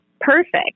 perfect